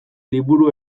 liburu